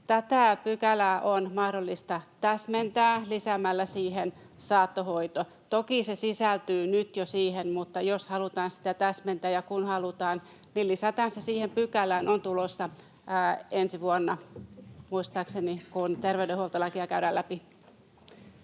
Tätä pykälää on mahdollista täsmentää lisäämällä siihen saattohoito. Toki se sisältyy nyt jo siihen, mutta jos halutaan sitä täsmentää, ja kun halutaan, niin lisätään se siihen pykälään. Tämä on tulossa ensi vuonna muistaakseni, kun terveydenhuoltolakia käydään läpi.